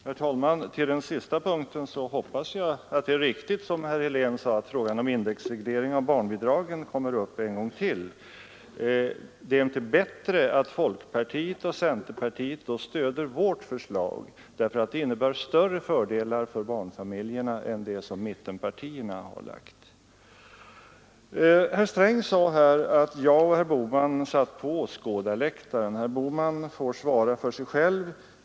Herr talman! På den sista punkten hoppas jag det är riktigt som herr Helén sade, att frågan om indexreglering av barnbidragen kommer upp en gång till. Men är det inte bättre att folkpartiet och centerpartiet då stöder vårt förslag? Det innebär större fördelar för barnfamiljerna än det förslag som mittenpartierna har framlagt. Herr Sträng sade att jag och herr Bohman satt på åskådarläktaren. Herr Bohman får svara för sig själv.